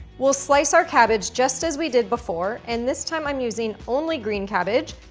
we'll slice our cabbage just as we did before and this time i'm using only green cabbage,